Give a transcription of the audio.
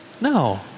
No